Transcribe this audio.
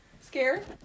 Scared